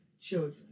children